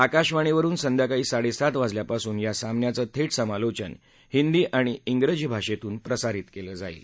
आकाशवाणीवरून संध्याकाळी साडेसात वाजल्यापासून या सामन्याचं थेट समलोचन हिंदी आणि शिजी भाषेतून प्रसारीत केलं जाईल